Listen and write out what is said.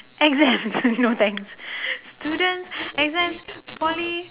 exams no thanks students exam poly